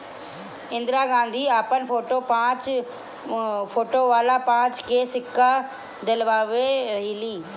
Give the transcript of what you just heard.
इंदिरा गांधी अपन फोटो वाला पांच के सिक्का चलवले रहली